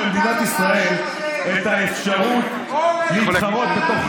במדינת ישראל את האפשרות להתחרות בתוך,